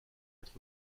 être